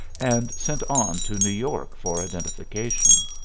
and sent on to new york for identification.